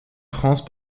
france